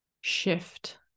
shift